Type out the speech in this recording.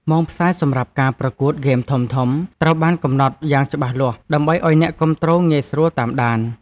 ម៉ោងផ្សាយសម្រាប់ការប្រកួតហ្គេមធំៗត្រូវបានកំណត់យ៉ាងច្បាស់លាស់ ដើម្បីឱ្យអ្នកគាំទ្រងាយស្រួលតាមដាន។